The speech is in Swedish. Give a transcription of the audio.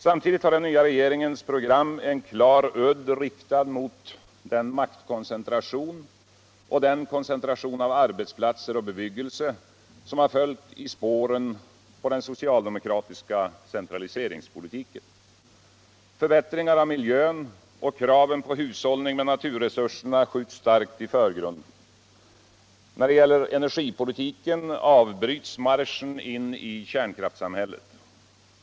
Samtidigt har den nva regeringens program en klar udd riktad mot den maktkoncentration och den koncentration av arbetsplatser och bebyggelse som har följt i spåren på den socialdemokratiska centraliseringspohitiken. Förbättringar av miljön och kraven på hushållning med naturresursernu skjuts starkt i förgrunden. När det gäller energipolitiken uvbryts marsechen in i kärnkraftssumhället.